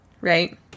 right